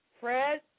Fred